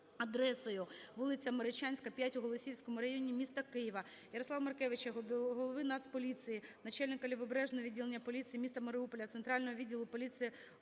адресою: вулиця Маричанська, 5 у Голосіївському районі міста Києва. Ярослава Маркевича до голови Нацполіції, начальника Лівобережного відділення поліції міста Маріуполя Центрального відділу поліції ГУ